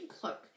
cloak